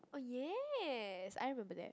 oh yes I remember that